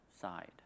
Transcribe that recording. side